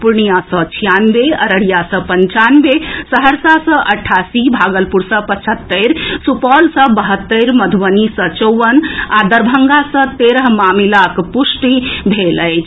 पूर्णियां सँ छियानवे अररिया सँ पंचानवे सहरसा सँ अठासी भागलपुर सँ पचहत्तरि सुपौल सँ बहत्तरि मधुबनी सँ चौवन आ दरभंगा सँ तेरह मामिलाक पुष्टि भेल अछि